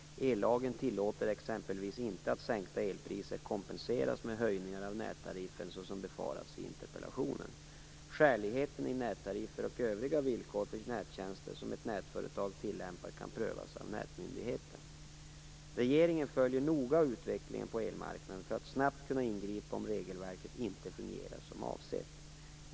Ellagen tillåter exempelvis inte att sänkta elpriser kompenseras med höjningar av nättariffen så som befarats i interpellationen. Skäligheten i nättariffer och övriga villkor för nättjänster som ett nätföretag tillämpar kan prövas av nätmyndigheten. Regeringen följer noga utvecklingen på elmarknaden för att snabbt kunna ingripa om regelverket inte fungerar som avsett.